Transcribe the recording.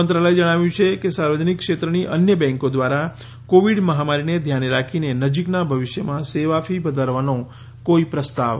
મંત્રાલયે જણાવ્યું છે કે સાર્વજનિક ક્ષેત્રની અન્ય બેંકો દ્વારા કોવિડ મહામારીને ધ્યાને રાખી નજીકના ભવિષ્યમાં સેવા ફી વધારવાનો કોઇ પ્રસ્તાવ નથી